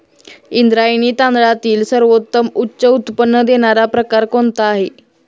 इंद्रायणी तांदळातील सर्वोत्तम उच्च उत्पन्न देणारा प्रकार कोणता आहे?